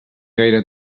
gaire